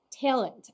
talent